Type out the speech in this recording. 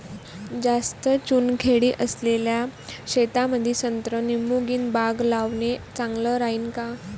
जास्त चुनखडी असलेल्या शेतामंदी संत्रा लिंबूवर्गीय बाग लावणे चांगलं राहिन का?